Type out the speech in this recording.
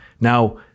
Now